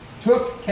took